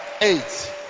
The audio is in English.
eight